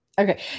okay